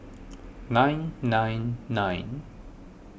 nine nine nine